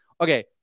Okay